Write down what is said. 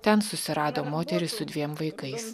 ten susirado moterį su dviem vaikais